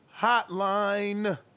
hotline